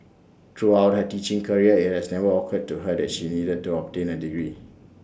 throughout her teaching career IT has never occurred to her that she needed to obtain A degree